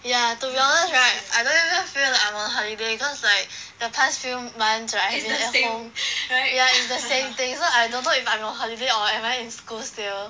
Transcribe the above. ya to be honest right I don't even feel like I'm on holiday cause like the past few months like at home yeah it's the same thing so I don't know if I'm on holiday or am I in school still